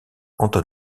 anton